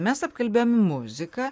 mes apkalbėjom muziką